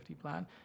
plan